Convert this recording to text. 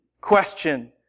question